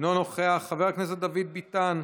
אינו נוכח, חבר הכנסת דוד ביטן,